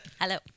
Hello